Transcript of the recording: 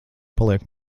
paliek